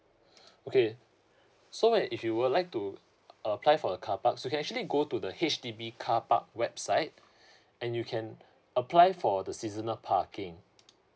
okay so when if you would like to apply for a carpark you can actually go to the H_D_B carpark website and you can apply for the seasonal parking